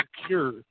secure